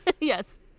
Yes